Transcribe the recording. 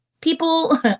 people